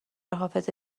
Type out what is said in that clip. حافظه